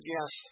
Yes